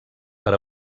per